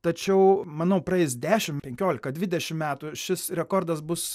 tačiau manau praeis dešim penkiolika dvidešim metų šis rekordas bus